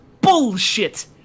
bullshit